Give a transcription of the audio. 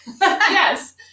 Yes